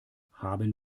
haben